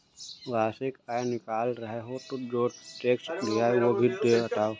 वार्षिक आय निकाल रहे हो तो जो टैक्स दिए हैं वो भी तो घटाओ